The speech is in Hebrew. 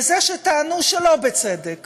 וזה שטענו שלא בצדק